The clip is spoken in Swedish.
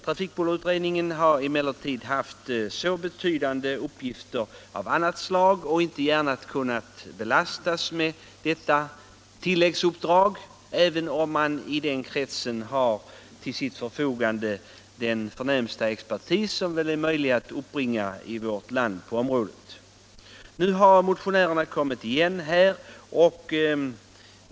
Denna utredning har emellertid haft så betydande uppgifter av annat slag att den inte gärna kunnat belastas med detta tilläggsuppdrag, även om man i den kretsen till sitt förfogande har den förnämsta expertis på området som kan uppbringas i vårt land. Nu har frågan väckts igen.